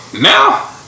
Now